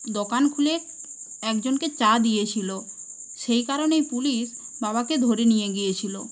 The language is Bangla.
দোকান খুলে একজনকে চা দিয়েছিল সেই কারণেই পুলিশ বাবাকে ধরে নিয়ে গিয়েছিল